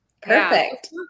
Perfect